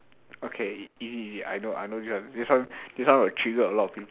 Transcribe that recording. okay easy easy I know I know this one this one this one will trigger a lot of people